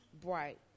bright